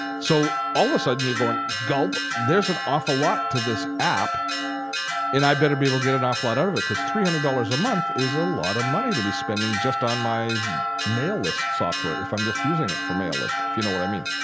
so all of a sudden, you're going gulp, there's an awful lot to this app and i better be able to get an awful lot ah of it because three hundred dollars a month is a lot of money to be spending just on my mail list software if i'm just using it for mail list if you know what i mean.